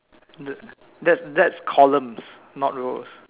th~ that's that's columns not rows